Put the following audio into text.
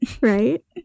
Right